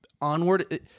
Onward